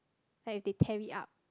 like if they tear it up